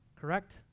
correct